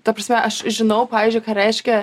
ta prasme aš žinau pavyzdžiui ką reiškia